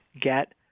get